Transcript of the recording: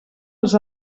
els